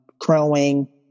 growing